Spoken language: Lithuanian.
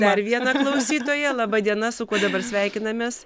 dar viena klausytoja laba diena su kuo dabar sveikinamės